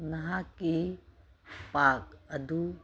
ꯅꯍꯥꯛꯀꯤ ꯄꯥꯛ ꯑꯗꯨ